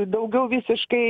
daugiau visiškai